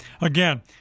Again